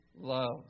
love